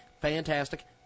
Fantastic